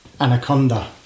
anaconda